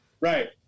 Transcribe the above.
right